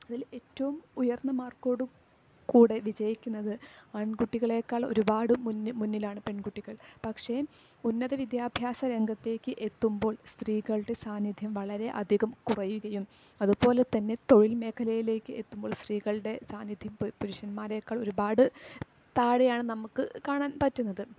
അതിൽ ഏറ്റവും ഉയർന്ന മാർക്കോടു കൂടെ വിജയിക്കുന്നത് ആൺകുട്ടികളേക്കാൾ ഒരുപാട് മുന്നിലാണ് പെൺകുട്ടികൾ പക്ഷെ ഉന്നത വിദ്യാഭ്യാസ രംഗത്തേക്ക് എത്തുമ്പോൾ സ്ത്രീകളുടെ സാന്നിധ്യം വളരെ അധികം കുറയുകയും അതുപോലെ തന്നെ തൊഴിൽ മേഖലയിലേക്ക് എത്തുമ്പോൾ സ്ത്രികളുടെ സാന്നിധ്യം പുരുഷന്മാരേക്കാൾ ഒരുപാട് താഴെയാണ് നമുക്ക് കാണാൻ പറ്റുന്നത്